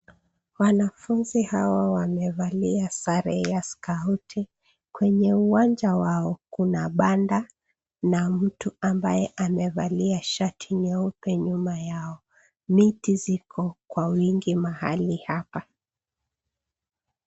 Wanafunzi hawa wamevalia sare ya skauti kwenye uwanja wao kuna banda na mtu ambaye amevalia shati nyeupe nyuma yao miti ziko kwa wingi mahali hapa.